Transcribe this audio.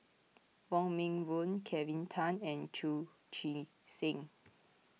Wong Meng Voon Kelvin Tan and Chu Chee Seng